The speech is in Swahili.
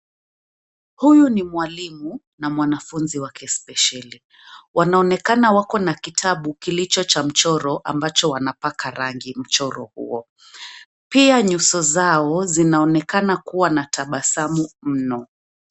Huyu ni mwalimu na mwanafunzi wake spesheli, wanaonekana wako na kitabu kilicho cha mchoro ambacho wanapaka rangi mchoro huo, pia nyuso zao zinaonekana kuwa na tabasamu mno.